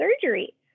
surgery